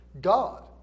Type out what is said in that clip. god